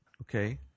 Okay